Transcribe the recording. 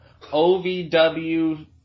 OVW